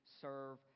serve